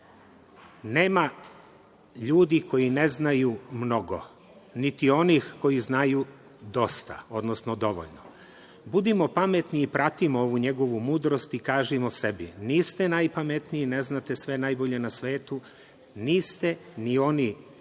nema ljudi koji ne znaju mnogo, niti onih koji znaju dosta, odnosno dovoljno. Budimo pametni i pratimo ovu njegovu mudrost i kažimo sebi – niste najpametniji, ne znate sve najbolje na svetu, niste ni oni pojedinci